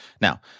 Now